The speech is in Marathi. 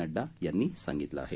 नड्डा यांनी सांगितलं आहे